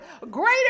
greater